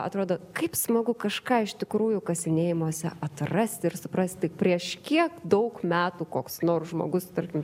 atrodo kaip smagu kažką iš tikrųjų kasinėjimuose atrasti ir suprasti prieš kiek daug metų koks nors žmogus tarkim